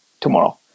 tomorrow